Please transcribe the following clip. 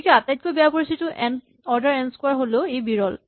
গতিকে আটাইতকৈ বেয়া পৰিস্হিতিটো অৰ্ডাৰ এন স্কোৱাৰ হ'লেও ই বিৰল